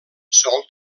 sol